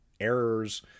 errors